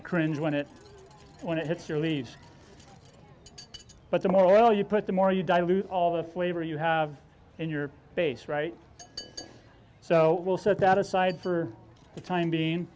to cringe when it when it hits your leaves but the more oil you put the more you dilute all the flavor you have in your base right so we'll set that aside for the time being